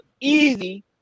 easy